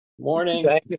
Morning